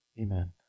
Amen